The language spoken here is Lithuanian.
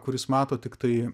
kuris mato tiktai